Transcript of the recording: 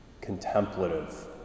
contemplative